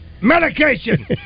medication